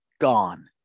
gone